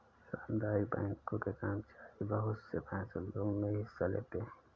सामुदायिक बैंकों के कर्मचारी बहुत से फैंसलों मे हिस्सा लेते हैं